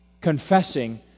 confessing